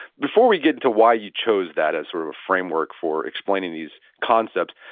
before we get into why you chose that as sort of a framework for explaining these concepts,